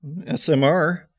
SMR